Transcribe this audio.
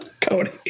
cody